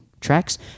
tracks